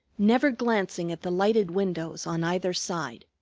never glancing at the lighted windows on either side.